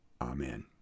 Amen